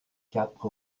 quatre